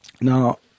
Now